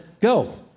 go